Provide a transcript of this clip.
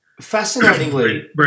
Fascinatingly